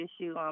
issue